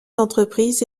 d’entreprise